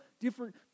different